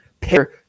pair